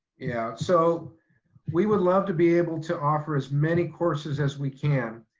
yeah, so we would love to be able to offer as many courses as we can.